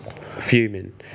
Fuming